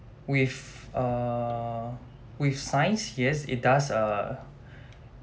with err with science yes it does err